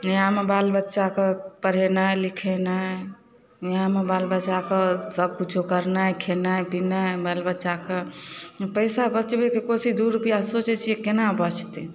इएहमे बाल बच्चाके पढ़ेनाइ लिखेनाइ इएहमे बाल बच्चाके सबकिछु करनाइ खेनाइ पिनाइ बाल बच्चाके पइसा बचबैके कोशिश दुइ रुपैआ सोचै छिए कोना बचतै